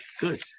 good